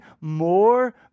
more